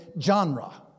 genre